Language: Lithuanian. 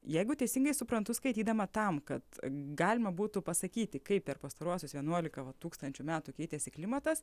jeigu teisingai suprantu skaitydama tam kad galima būtų pasakyti kaip per pastaruosius vienuolika va tūkstančių metų keitėsi klimatas